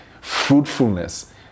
fruitfulness